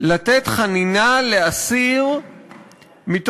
לתת חנינה לאסיר ופוגע בה,